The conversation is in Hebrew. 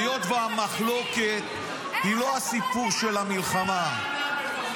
היות שהמחלוקת היא לא הסיפור של המלחמה -- ממה אתה מפחד,